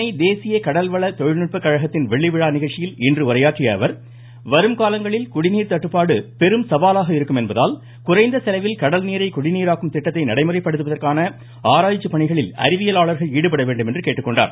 சென்னை தேசிய கடல்வள தொழில்நுட்ப கழகத்தின் வெள்ளிவிழா நிகழ்ச்சியில் இன்று உரையாற்றியஅவர் வரும் காலங்களில் குடிநீர் தட்டுப்பாடு பெரும் சவாலாக இருக்கும் என்பதால் குறைந்தசெலவில் கடல் நீரை குடிநீராக்கும் திட்டத்தை நடைமுறைப்படுத்துவதற்கான ஆராய்ச்சிப் பணிகளில் அறிவியலாளர்கள் ஈடுபட வேண்டும் என கேட்டுக்கொண்டார்